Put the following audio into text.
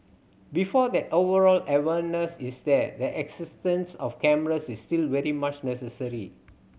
before that overall awareness is there the existence of cameras is still very much necessary